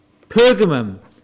Pergamum